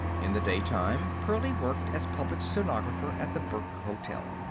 in the daytime pearlie worked as public stenographer at the burke hotel.